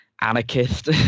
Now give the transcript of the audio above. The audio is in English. anarchist